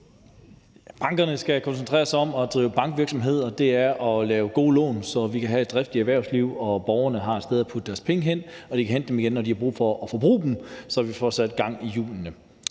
Bankerne skal koncentrere sig om at drive bankvirksomhed, og det er at lave gode lån, så vi kan have et driftigt erhvervsliv, og give borgerne et sted at putte deres penge hen, hvor de kan hente dem igen, når de har brug for at forbruge dem, så vi får sat gang i hjulene.